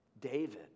David